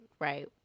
Right